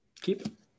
Keep